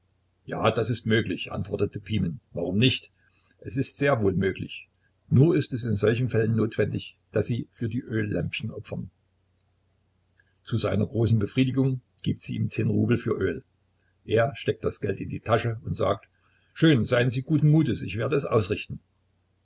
ja das ist möglich antwortet pimen warum nicht es ist sehr wohl möglich nur ist es in solchen fällen notwendig daß sie für die öllämpchen opfern zu seiner großen befriedigung gibt sie ihm zehn rubel für öl er steckt das geld in die tasche und sagt schön seien sie guten mutes ich werde es ausrichten